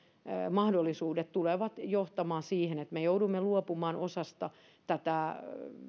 mahdollisuudet tulevat johtamaan siihen että me joudumme luopumaan osasta tätä